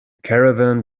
caravan